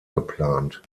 geplant